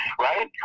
right